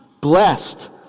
blessed